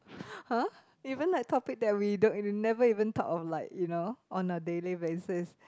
!huh! even like topic that we don't we never even thought of like you know on a daily basis